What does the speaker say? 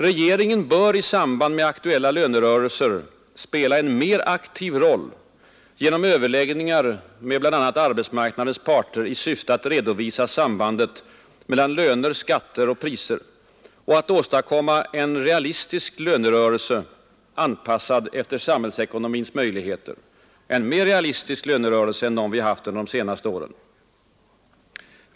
Regeringen bör i samband med aktuella lönerörelser spela en mer aktiv roll genom överläggningar med bl.a. arbetsmarknadens parter i syfte att redovisa sambandet mellan löner, skatter och priser och att åstadkomma en mer realistisk lönerörelse, anpassad efter samhällsekonomins möjligheter, än vad vi haft under de senaste åren.